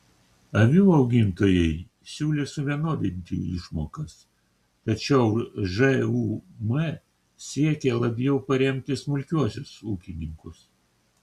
avių augintojai siūlė suvienodinti išmokas tačiau žūm siekė labiau paremti smulkiuosius ūkininkus